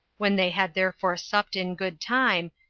when they had therefore supped in good time,